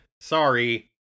sorry